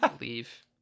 Leave